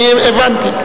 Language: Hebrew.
אני הבנתי.